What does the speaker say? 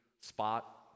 spot